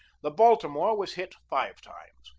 the baltimore was hit five times.